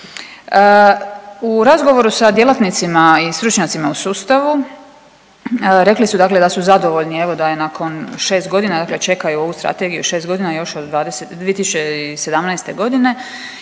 U razgovoru sa djelatnicima i stručnjacima u sustavu rekli su dakle da su zadovoljni evo da je nakon 6 godina, dakle čekaju ovu Strategiju šest godina još od 2017. godine